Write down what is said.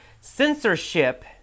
Censorship